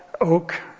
oak